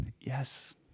yes